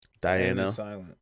Diana